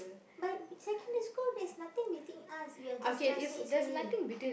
but checking the school there's nothing between us we are just classmates only